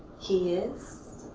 he is.